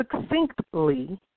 succinctly